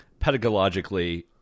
pedagogically